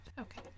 Okay